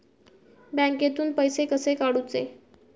बँकेतून पैसे कसे काढूचे?